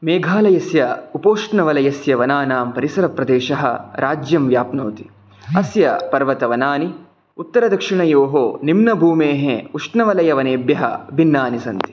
मेघालयस्य उपोष्णवलयस्य वनानां परिसरप्रदेशः राज्यं व्याप्नोति अस्य पर्वतवनानि उत्तरदक्षिणयोः निम्नभूमेः उष्णवलय वनेभ्यः भिन्नानि सन्ति